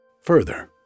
Further